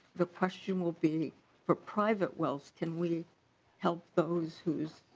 the question will be for private wealth can we help those whose.